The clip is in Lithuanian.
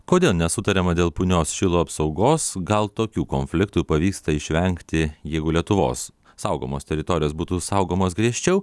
kodėl nesutariama dėl punios šilo apsaugos gal tokių konfliktų pavyksta išvengti jeigu lietuvos saugomos teritorijos būtų saugomos griežčiau